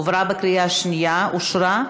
עברה בקריאה השנייה ואושרה,